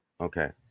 Okay